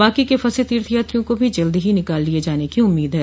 बाकी के फंसे तीर्थ यात्रियों को भी जल्द ही निकाल लिये जाने की उम्मीद है